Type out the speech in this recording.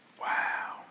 Wow